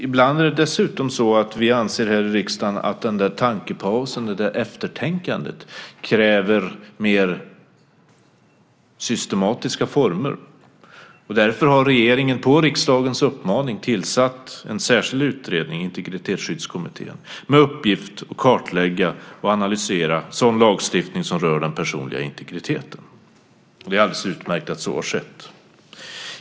Ibland är det dessutom så att vi här i riksdagen anser att den där tankepausen, det där eftertänkandet, kräver mer systematiska former. Därför har regeringen på riksdagens uppmaning tillsatt en särskild utredning, Integritetsskyddskommittén, med uppgift att kartlägga och analysera sådan lagstiftning som rör den personliga integriteten. Det är alldeles utmärkt att så har skett.